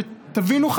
תבינו,